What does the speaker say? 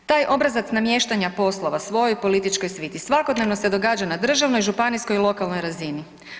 Taj obrazac namještanja poslova svojoj političkoj sviti svakodnevno se događa na državnoj, županijskoj i lokalnoj razini.